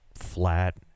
flat